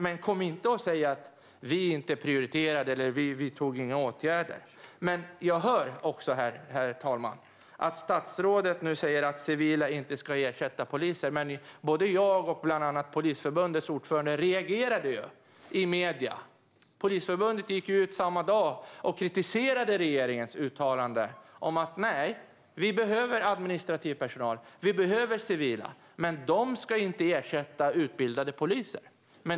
Men kom inte och säg att vi inte prioriterade eller att vi inte vidtog några åtgärder! Jag hör också, herr talman, att statsrådet nu säger att civila inte ska ersätta poliser. Men både jag och bland andra Polisförbundets ordförande reagerade i medier. Polisförbundet gick ut samma dag och kritiserade regeringens uttalande: Nej, vi behöver administrativ personal, och vi behöver civila, men de ska inte ersätta utbildade poliser.